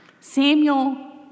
Samuel